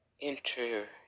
Enter